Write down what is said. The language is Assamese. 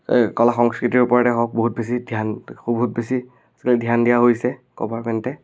এই কলা সংস্কৃতিৰ ওপৰতে হওক বহুত বেছি ধ্যান বহুত বেছি আজিকালি ধ্যান দিয়া হৈছে গভাৰ্মেণ্টে